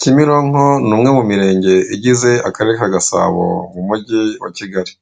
Kimironko ni umwe mu mirenge igize akarere ka Gasabo mu mujyi wa Kigali